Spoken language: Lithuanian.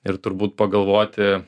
ir turbūt pagalvoti